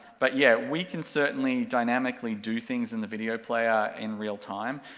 but yeah, we can certainly dynamically do things in the video player in real time,